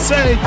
Say